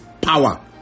power